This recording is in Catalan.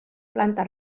planta